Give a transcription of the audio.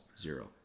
zero